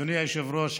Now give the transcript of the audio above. אדוני היושב-ראש,